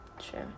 True